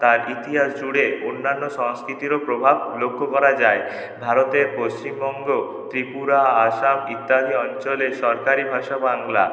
তার ইতিহাস জুড়ে অন্যান্য সংস্কৃতিরও প্রভাব লক্ষ্য করা যায় ভারতের পশ্চিমবঙ্গ ত্রিপুরা আসাম ইত্যাদি অঞ্চলে সরকারি ভাষা বাংলা